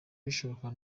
bishoboka